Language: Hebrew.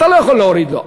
אתה לא יכול להוריד לו.